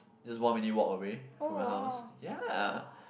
just one minute walk away from my house ya